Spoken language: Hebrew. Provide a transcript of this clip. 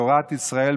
בתורת ישראל,